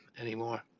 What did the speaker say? anymore